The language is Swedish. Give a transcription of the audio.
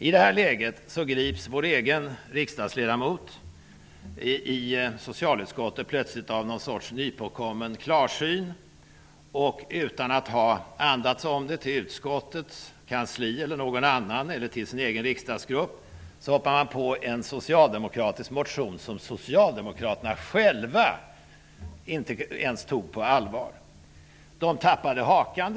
I detta läge grips vår egen ledamot i socialutskottet plötsligt av någon sorts nypåkommen klarsyn. Utan att ha andats om det t.ex. till utskottets kansli eller sin egen riksdagsgrupp ställer han sig bakom en socialdemokratisk motion, som inte ens socialdemokraterna själva hade tagit på allvar. Sossarna tappade hakan.